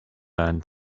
learned